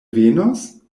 venos